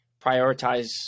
prioritize